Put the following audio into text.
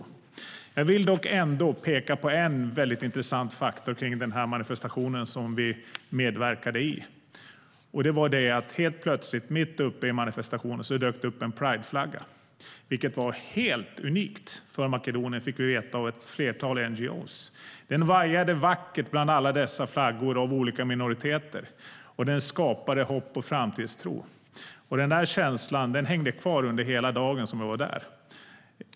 Jag vill dock peka på en mycket intressant faktor i den manifestation som vi medverkade i. Helt plötsligt, mitt uppe i manifestationen, dök det upp en prideflagga, vilket var helt unikt för Makedonien, fick vi veta av ett flertal NGO:er. Den vajade vackert bland alla dessa flaggor för olika minoriteter och skapade hopp och framtidstro. Den känslan hängde kvar under hela dagen vi var där.